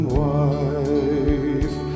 wife